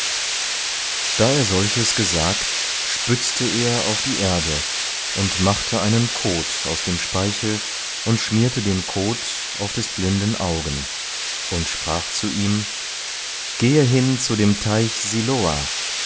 da er solches gesagt spützte er auf die erde und machte einen kot aus dem speichel und schmierte den kot auf des blinden augen und sprach zu ihm gehe hin zu dem teich siloah